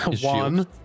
One